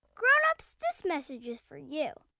grown-ups, this message is for you.